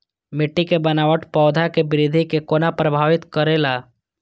मिट्टी के बनावट पौधा के वृद्धि के कोना प्रभावित करेला?